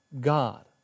God